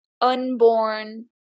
unborn